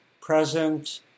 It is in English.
present